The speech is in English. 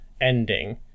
ending